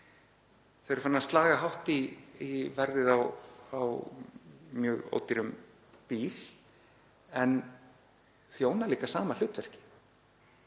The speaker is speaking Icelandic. Þau eru farin að slaga hátt í verðið á mjög ódýrum bíl en þjóna líka sama hlutverki.